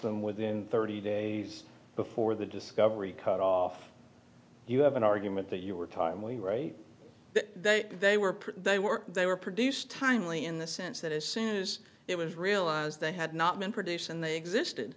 them within thirty days before the discovery cut off you have an argument that you were timely right that they were pretty they were they were produced timely in the sense that as soon as it was realized they had not been produced and they existed